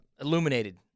illuminated